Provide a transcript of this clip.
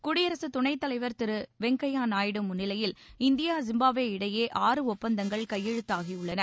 குடியரசு துணைத்தலைவர் திரு வெங்கய்ய நாயுடு முன்னிலையில் இந்தியா ஜிம்பாப்வே இடையே ஆறு ஒப்பந்தங்கள் கையெழுத்தாகியுள்ளன